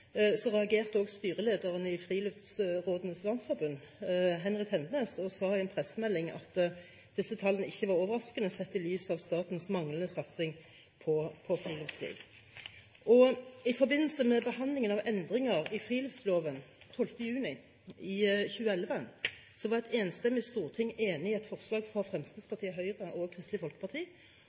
Friluftsrådenes Landsforbund, Henry Tendenes. Han sa i en pressemelding at disse tallene ikke var overraskende, sett i lys av statens manglende satsing på friluftsliv. I forbindelse med behandlingen av endringer i friluftsloven den 15. juni 2011 var et enstemmig storting enig i et forslag fra Fremskrittspartiet, Høyre og Kristelig Folkeparti